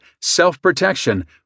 self-protection